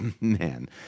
man